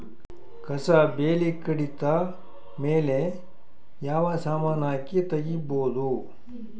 ಕಸಾ ಬೇಲಿ ಕಡಿತ ಮೇಲೆ ಯಾವ ಸಮಾನ ಹಾಕಿ ತಗಿಬೊದ?